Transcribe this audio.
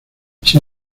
sin